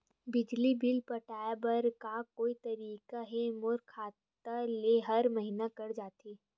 बिजली बिल पटाय बर का कोई तरीका हे मोर खाता ले हर महीना कट जाय?